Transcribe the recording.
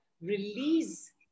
release